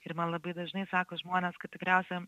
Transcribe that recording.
ir man labai dažnai sako žmonės kad tikriausia